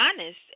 honest